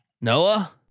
Noah